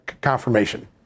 confirmation